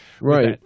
Right